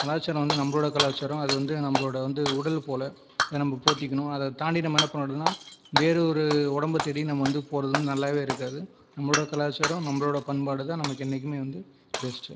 கலாச்சாரம் வந்து நம்மளுடைய கலாச்சாரம் அது வந்து நம்மளோடய வந்து உடல் போல் அதை நம்ம போத்திக்கணும் அதை தாண்டி நம்ம என்ன பண்ணக்கூடாதுன்னால் வேறு ஒரு உடம்பை தேடி நம்ம வந்து போகிறது வந்து நல்லாவே இருக்காது நம்மளுடைய கலாச்சாரம் நம்மளுடைய பண்பாடுதான் நமக்கு என்றைக்குமே வந்து பெஸ்ட்டு